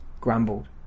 grumbled